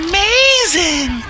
Amazing